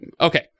Okay